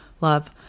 Love